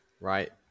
Right